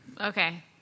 Okay